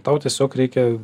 tau tiesiog reikia